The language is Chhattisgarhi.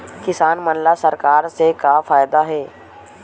किसान मन ला सरकार से का फ़ायदा हे?